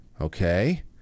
Okay